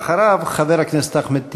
אחריו, חבר הכנסת אחמד טיבי.